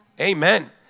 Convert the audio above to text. Amen